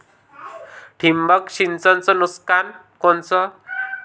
ठिबक सिंचनचं नुकसान कोनचं?